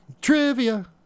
trivia